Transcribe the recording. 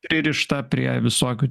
pririšta prie visokių